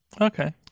Okay